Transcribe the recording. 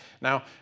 Now